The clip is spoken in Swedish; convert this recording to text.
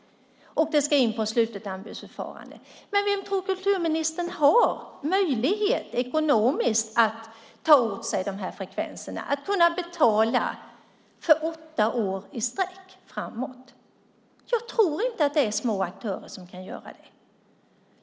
Det ska ske ett slutet anbudsförfarande. Men vem, tror kulturministern, har ekonomisk möjlighet att ta åt sig dessa frekvenser - att kunna betala för åtta år i sträck framåt? Jag tror inte att det är små aktörer.